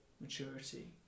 maturity